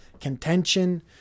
contention